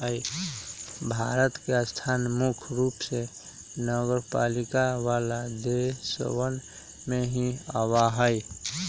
भारत के स्थान मुख्य रूप से नगरपालिका वाला देशवन में ही आवा हई